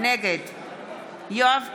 נגד יואב קיש,